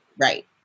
Right